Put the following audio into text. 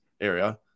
area